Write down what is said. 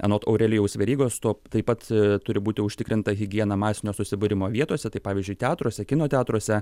anot aurelijaus verygos tuo taip pat turi būti užtikrinta higiena masinio susibūrimo vietose tai pavyzdžiui teatruose kino teatruose